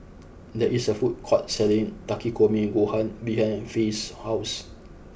there is a food court selling Takikomi Gohan behind Faye's house